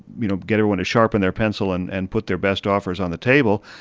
you know, get everyone to sharpen their pencil and and put their best offers on the table.